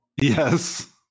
Yes